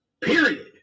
Period